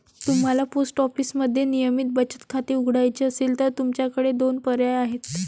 तुम्हाला पोस्ट ऑफिसमध्ये नियमित बचत खाते उघडायचे असेल तर तुमच्याकडे दोन पर्याय आहेत